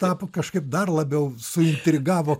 tapo kažkaip dar labiau suintrigavo